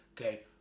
okay